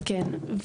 לגמרי, כן.